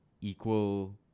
equal